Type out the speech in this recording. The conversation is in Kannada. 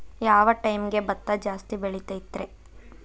ಯಾವ ಟೈಮ್ಗೆ ಭತ್ತ ಜಾಸ್ತಿ ಬೆಳಿತೈತ್ರೇ?